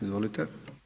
Izvolite.